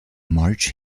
march